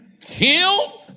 killed